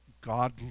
god